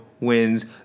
wins